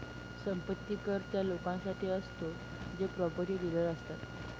संपत्ती कर त्या लोकांसाठी असतो जे प्रॉपर्टी डीलर असतात